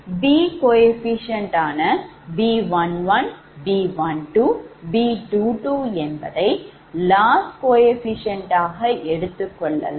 B குணகமான B11 B12 B22 என்பதை loss குணகம் ஆகவும் எடுத்துக்கொள்ளலாம்